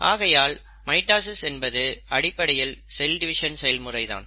ஆகையால் மைட்டாசிஸ் என்பது அடிப்படையில் செல் டிவிஷன் செயல்முறை தான்